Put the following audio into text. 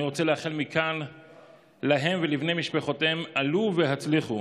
אני רוצה לאחל מכאן להם ולבני משפחותיהם: עלו והצליחו.